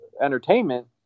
entertainment